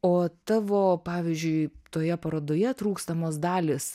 o tavo pavyzdžiui toje parodoje trūkstamos dalys